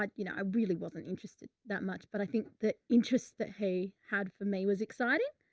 but you know, i really wasn't interested that much, but i think the interest that he had for me was exciting.